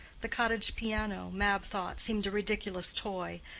the cottage piano, mab thought, seemed a ridiculous toy,